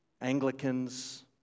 Anglicans